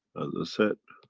said,